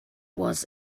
was